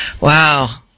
Wow